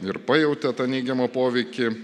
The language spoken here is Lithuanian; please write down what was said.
ir pajautė tą neigiamą poveikį